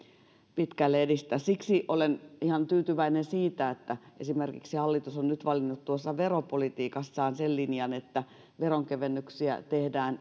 pitkälle edistä siksi olen ihan tyytyväinen siitä että esimerkiksi hallitus on nyt valinnut veropolitiikassaan sen linjan että veronkevennyksiä tehdään